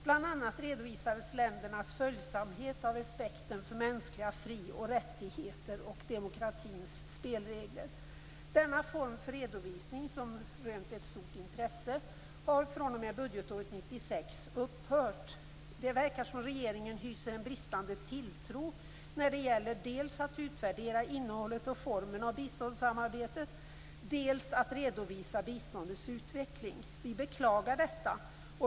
Bl.a. redovisades ländernas följsamhet av respekten för mänskliga fri och rättigheter och demokratins spelregler. Denna form för redovisning som rönt ett stort intresse har fr.o.m. budgetåret 1996 upphört. Det verkar som om regeringen hyser en bristande tilltro när det gäller dels att utvärdera innehållet och formen av biståndssamarbetet, dels att redovisa biståndets utveckling. Vi beklagar detta.